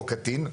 או קטין,